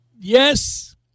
Yes